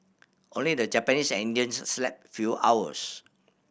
only the Japanese and Indians slept fewer hours